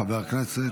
חבר הכנסת